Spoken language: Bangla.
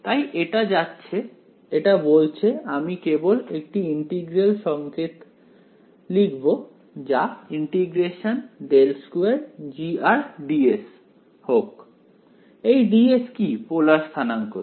তাই এটা যাচ্ছে এটা বলছে আমি কেবল একটি ইন্টিগ্রাল সংকেত লিখব যা ∫∇2Gds হোক এই ds কি পোলার স্থানাঙ্কতে